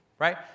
right